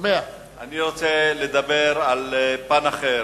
אני רוצה לדבר על פן אחר,